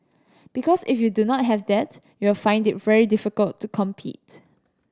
because if you do not have that you'll find it very difficult to compete